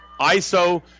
iso